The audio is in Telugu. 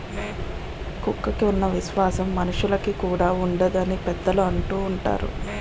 కుక్కకి ఉన్న విశ్వాసం మనుషులుకి కూడా ఉండదు అని పెద్దలు అంటూవుంటారు